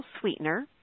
sweetener